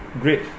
great